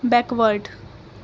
backward